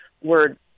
word